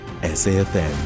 SAFM